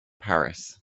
paris